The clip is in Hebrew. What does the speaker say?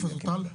פרופסור טל,